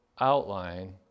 outline